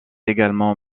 également